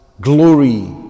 glory